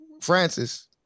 Francis